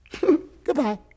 Goodbye